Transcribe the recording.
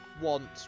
want